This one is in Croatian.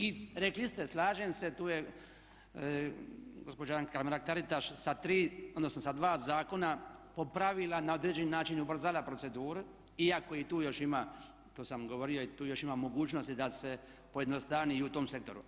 I rekli ste, slažem se tu je gospođa anka Mrak Taritaš sa tri, odnosno sa dva zakona popravila na određeni način ubrzala proceduru iako i tu još ima tu sam govorio i tu još ima mogućnosti da se pojednostavni i u tom sektoru.